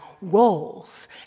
roles